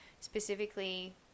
specifically